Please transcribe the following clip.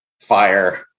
fire